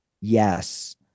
Yes